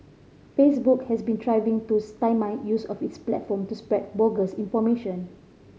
facebook has been striving to stymie use of its platform to spread bogus information